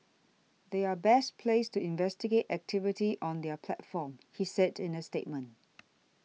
they are best placed to investigate activity on their platform he said in a statement